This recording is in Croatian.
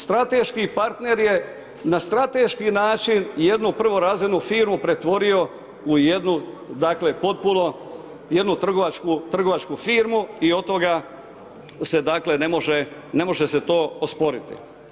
Strateški partner je na strateški način jednu prvorazrednu firmu pretvorio u jednu dakle potpuno jednu trgovačku firmu i od toga se dakle ne može se to osporiti.